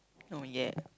no ya